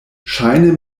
ŝajne